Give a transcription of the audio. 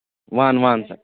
وَن وَن سا